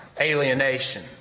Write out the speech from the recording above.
alienation